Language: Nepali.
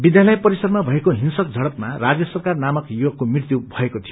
विध्यालय परिसरमा भएको हिंस्रक झड्पमा राजेश सरकार नामक युवकको मृत्यु भएको थियो